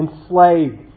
enslaved